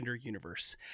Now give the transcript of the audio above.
universe